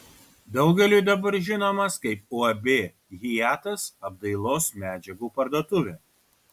daugeliui dabar žinomas kaip uab hiatas apdailos medžiagų parduotuvė